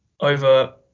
over